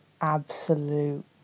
absolute